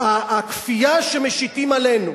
הכפייה שמשיתים עלינו